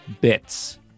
bits